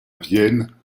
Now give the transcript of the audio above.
vienne